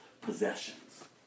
possessions